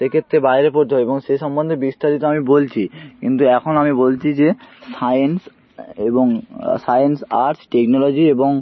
সেক্ষেত্রে বাইরে পড়তে হয় এবং সেই সম্বন্ধে বিস্তারিত আমি বলছি কিন্তু এখন আমি বলছি যে সায়েন্স এবং সায়েন্স আর্টস টেকনোলজি এবং